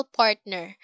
partner